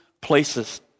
places